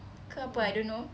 oh